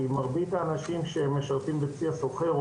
כי מרבית האנשים שמשרתים בצי הסוחר או